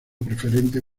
preferente